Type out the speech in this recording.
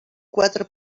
quatre